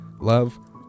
Love